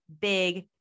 big